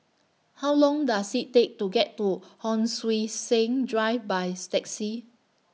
How Long Does IT Take to get to Hon Sui Sen Drive By Taxi